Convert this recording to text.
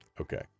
Okay